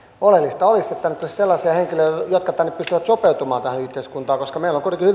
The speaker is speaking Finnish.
oleellista olisi että tänne tulisi sellaisia henkilöitä jotka pystyvät sopeutumaan tähän yhteiskuntaan koska meillä on kuitenkin